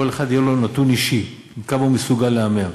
לכל אחד יהיה נתון אישי, בכמה הוא מסוגל להמר.